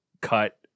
cut